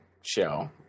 show